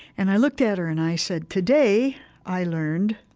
and i looked at her and i said, today i learned